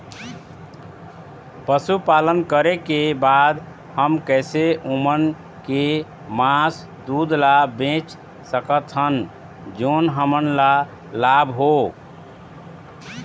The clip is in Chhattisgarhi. पशुपालन करें के बाद हम कैसे ओमन के मास, दूध ला बेच सकत हन जोन हमन ला लाभ हो?